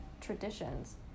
traditions